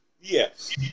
Yes